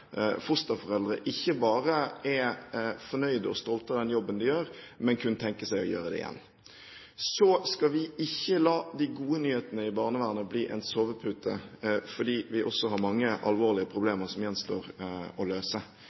fosterforeldre ikke bare er fornøyde og stolte over den jobben de gjør, men kunne tenke seg å gjøre det igjen. Vi skal ikke la de gode nyhetene i barnevernet bli en sovepute, fordi vi har også mange alvorlige problemer som gjenstår å løse.